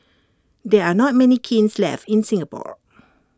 there are not many kilns left in Singapore